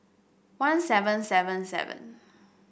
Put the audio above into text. one seven seven seven